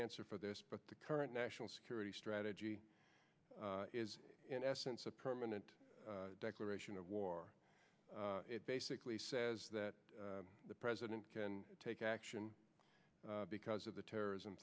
answer for this but the current national security strategy is in essence a permanent declaration of war it basically says that the president can take action because of the terrorism